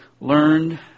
learned